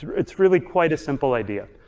it's really quite a simple idea.